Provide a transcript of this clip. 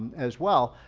as well.